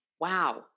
Wow